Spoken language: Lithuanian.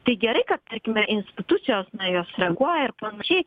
tai gerai kad tarkime institucijos nu jos reaguoja ir panašiai